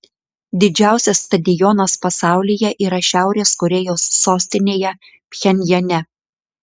didžiausias stadionas pasaulyje yra šiaurės korėjos sostinėje pchenjane